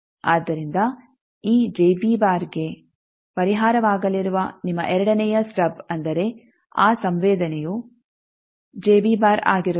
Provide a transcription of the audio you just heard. ಆದ್ದರಿಂದ ಈ ಗೆ ಪರಿಹಾರವಾಗಲಿರುವ ನಿಮ್ಮ ಎರಡನೇಯ ಸ್ಟಬ್ ಅಂದರೆ ಆ ಸಂವೇದನೆಯು ಆಗಿರುತ್ತದೆ